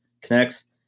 connects